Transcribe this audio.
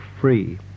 free